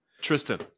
Tristan